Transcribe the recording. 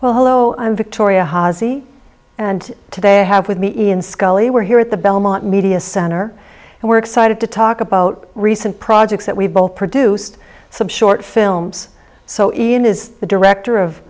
hello i'm victoria hasi and today i have with me ian scully we're here at the belmont media center and we're excited to talk about recent projects that we've both produced some short films so ian is the director of